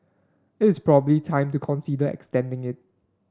it is probably time to consider extending it